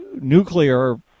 nuclear